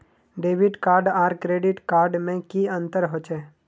Debit card आर credit card में की अंतर होचे?